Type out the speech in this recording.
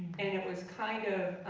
and it was kind of